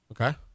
Okay